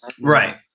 Right